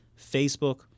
Facebook